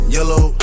Yellow